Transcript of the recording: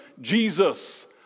Jesus